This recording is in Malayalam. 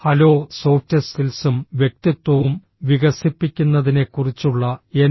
ഹലോ സോഫ്റ്റ് സ്കിൽസും വ്യക്തിത്വവും വികസിപ്പിക്കുന്നതിനെക്കുറിച്ചുള്ള എൻ